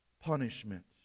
punishment